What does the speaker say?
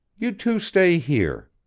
you two stay here.